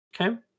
okay